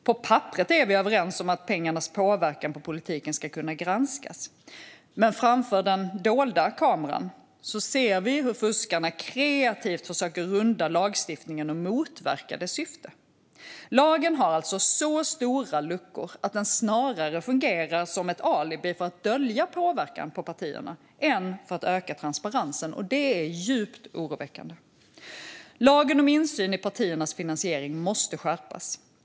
På papperet är vi överens om att pengarnas påverkan på politiken ska kunna granskas. Men framför den dolda kameran ser vi hur fuskarna kreativt försöker runda lagstiftningen och motverka dess syfte. Lagen har alltså så stora luckor att den snarare fungerar som ett alibi för att dölja påverkan på partierna än ökar transparensen. Det är djupt oroväckande. Lagen om insyn i partiernas finansiering måste skärpas.